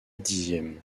dixième